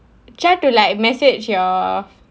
try to like message your